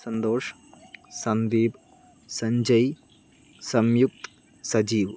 Santhosh Sandeep Sanjay Samyukt Sajeev